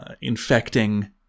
infecting